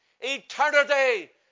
Eternity